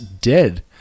dead